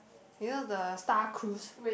you know the star cruise